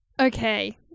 okay